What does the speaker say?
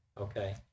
okay